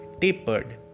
tapered